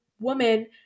woman